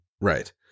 Right